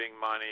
money